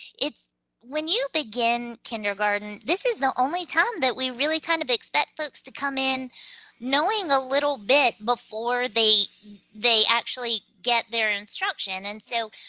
when you begin kindergarten, this is the only time that we really kind of expect folks to come in knowing a little bit before they they actually get their instruction. and so,